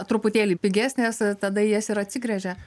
truputėlį pigesnės tada į jas ir atsigręžia